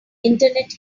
internet